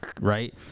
right